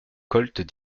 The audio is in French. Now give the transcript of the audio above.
colts